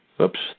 Oops